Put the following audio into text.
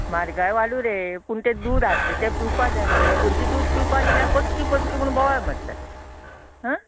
म्हारगाय वाडूं रे पूण तें दूद हाडटा तें पिवपाक जाय मरे भुरगीं दूद पिवपाक दिल्यार पचकी पचकी म्हूण बोवाळ मारतात आं